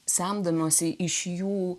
semdamosi iš jų